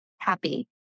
happy